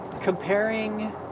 comparing